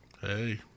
Hey